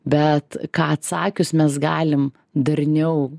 bet ką atsakius mes galim darniau